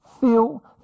feel